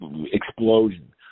explosion